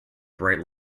bright